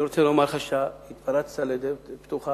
אני רוצה לומר לך שהתפרצת לדלת פתוחה.